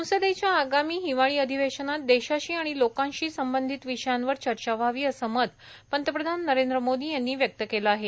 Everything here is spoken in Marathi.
संसदेच्या आगामी हिवाळी अधिवेशनात देशाशी आणि लोकांशी संबंधित विषयांवर चर्चा व्हावी असं मत पंतप्रधान नरेंद्र मोदी यांनी व्यक्त केलं आहे